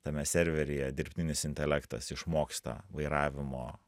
tame serveryje dirbtinis intelektas išmoksta vairavimo